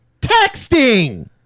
texting